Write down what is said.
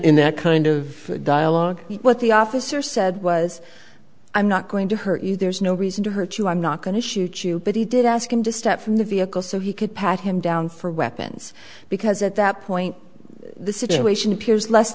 in that kind of dialogue what the officer said was i'm not going to hurt you there's no reason to hurt you i'm not going to shoot you but he did ask him to step from the vehicle so he could pat him down for weapons because at that point the situation appears less